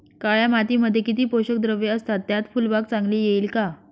काळ्या मातीमध्ये किती पोषक द्रव्ये असतात, त्यात फुलबाग चांगली येईल का?